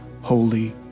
Holy